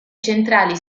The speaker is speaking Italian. centrali